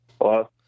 Hello